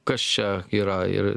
kas čia yra ir